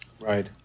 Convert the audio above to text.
Right